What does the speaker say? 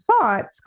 thoughts